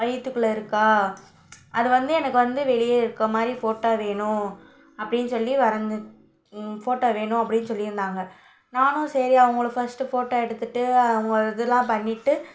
வயிற்றுக்குள்ள இருக்காள் அதை வந்து எனக்கு வந்து வெளியே இருக்க மாதிரி ஃபோட்டா வேணும் அப்படின்னு சொல்லி வரைஞ்ச ஃபோட்டா வேணும் அப்படின்னு சொல்லியிருந்தாங்க நானும் சரி அவங்கள ஃபஸ்ட்டு ஃபோட்டா எடுத்துட்டு அவுங்க இதெலாம் பண்ணிட்டு